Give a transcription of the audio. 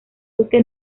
duque